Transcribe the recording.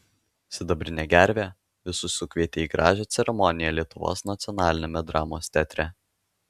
sidabrinė gervė visus sukvietė į gražią ceremoniją lietuvos nacionaliniame dramos teatre